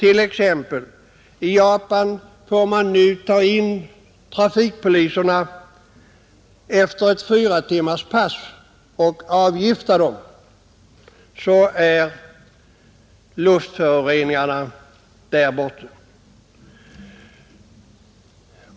I Japan får man t.ex. nu ta in trafikpoliser efter ett fyratimmarspass för att avgifta dem. Så kraftiga är luftföroreningarna där borta.